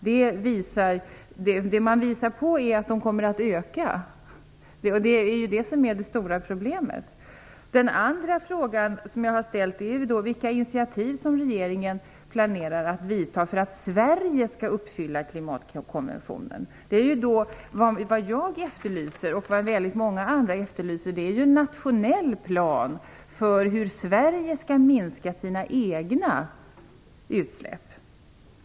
Man påvisar att utsläppen kommer att öka, och det är det stora problemet. En annan fråga jag har ställt gäller vilka initiativ som regeringen planerar att ta för att Sverige skall uppfylla klimatkonventionen. Vad jag och väldigt många andra efterlyser är en nationell plan för hur Sverige skall minska sina egna utsläpp.